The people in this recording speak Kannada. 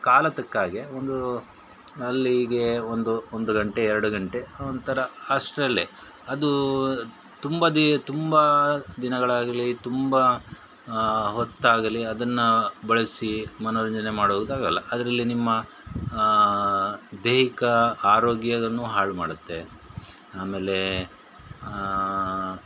ಕಾಲ ತಕ್ಕ ಹಾಗೇ ಒಂದು ಅಲ್ಲಿಗೆ ಒಂದು ಒಂದು ಗಂಟೆ ಎರಡು ಗಂಟೆ ಒಂಥರ ಅಷ್ಟರಲ್ಲೆ ಅದು ತುಂಬ ದಿ ತುಂಬ ದಿನಗಳಾಗಲಿ ತುಂಬ ಹೊತ್ತಾಗಲಿ ಅದನ್ನು ಬಳಸಿ ಮನೋರಂಜನೆ ಮಾಡೋದು ಆಗೋಲ್ಲ ಅದರಲ್ಲಿ ನಿಮ್ಮ ದೈಹಿಕ ಆರೋಗ್ಯವನ್ನು ಹಾಳು ಮಾಡುತ್ತೆ ಆಮೇಲೆ